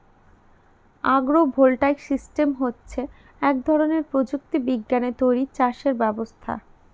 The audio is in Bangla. আগ্র ভোল্টাইক সিস্টেম হচ্ছে এক ধরনের প্রযুক্তি বিজ্ঞানে তৈরী চাষের ব্যবস্থা